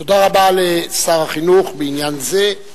תודה רבה לשר החינוך בעניין זה.